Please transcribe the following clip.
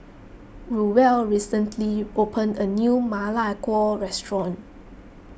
Ruel recently opened a new Ma Lai Gao restaurant